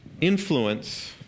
Influence